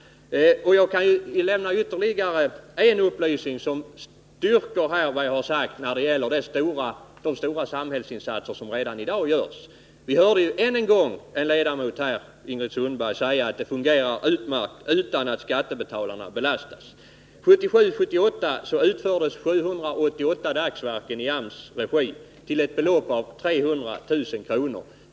För att styrka vad jag här har sagt kan jag lämna ytterligare en upplysning, och det gäller de stora insatser som redan i dag görs från samhällets sida. Än en gång har vi hört en ledamot, Ingrid Sundberg, säga att systemet fungerar utmärkt och att skattebetalarna inte belastas. 1977-1978 utfördes 788 dagsverken i AMS regi och till ett belopp av 300 000 kr.